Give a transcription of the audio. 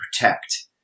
protect